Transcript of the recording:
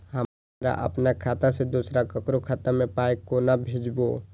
हमरा आपन खाता से दोसर ककरो खाता मे पाय कोना भेजबै?